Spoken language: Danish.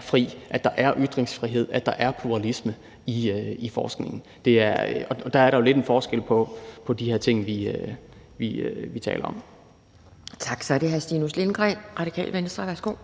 fri: at der er ytringsfrihed, at der er pluralisme i forskningen. Der er der jo lidt en forskel på de her ting, vi taler om. Kl. 12:24 Anden næstformand (Pia Kjærsgaard):